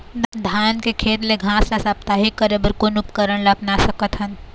धान के खेत ले घास ला साप्ताहिक करे बर कोन उपकरण ला अपना सकथन?